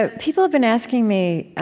ah people have been asking me